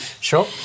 Sure